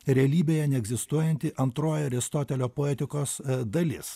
realybėje neegzistuojanti antroji aristotelio poetikos dalis